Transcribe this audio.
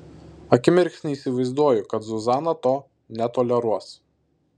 akimirksnį įsivaizduoju kad zuzana to netoleruos